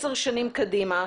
עשר שנים קדימה.